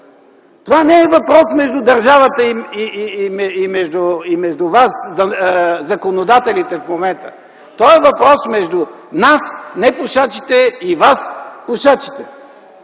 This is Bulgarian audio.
Това не е въпрос между държавата и вас, законодателите, в момента. Той е въпрос между нас – непушачите, и вас – пушачите.